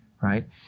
right